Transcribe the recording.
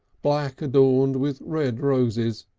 black adorned with red roses,